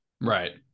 right